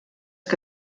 que